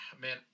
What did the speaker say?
man